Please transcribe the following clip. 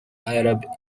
arab